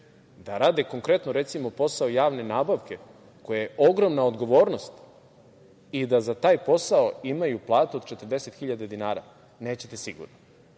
dinara? Konkretno recimo, da rade posao javne nabavke koji je ogromna odgovornost i da za taj posao imaju platu od 40.000 dinara? Nećete sigurno. Dakle,